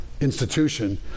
institution